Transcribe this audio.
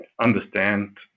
understand